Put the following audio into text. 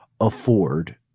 afford